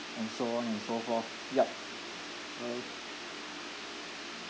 and so on and so forth yup uh